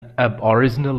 aboriginal